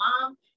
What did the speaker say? mom